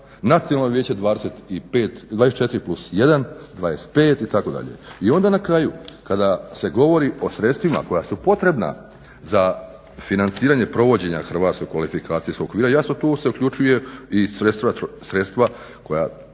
nacionalno vijeće 24+1, 25 itd. i onda na kraju kada se govori o sredstvima koja su potrebna za financiranje provođenja hrvatskog kvalifikacijskog okvira, jasno tu se uključuje i sredstva